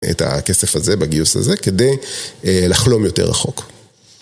את הכסף הזה, בגיוס הזה, כדי אה לחלום יותר רחוק.